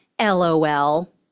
LOL